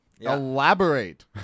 Elaborate